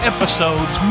Episodes